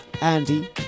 Andy